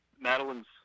Madeline's